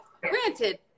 granted